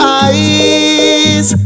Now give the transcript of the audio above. eyes